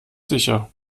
sicher